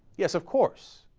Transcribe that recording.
yes of course